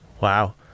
Wow